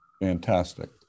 Fantastic